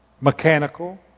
mechanical